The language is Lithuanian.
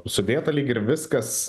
sudėta lyg ir viskas